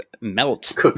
melt